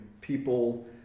people